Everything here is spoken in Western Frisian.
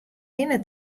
hinne